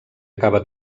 acaba